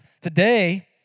today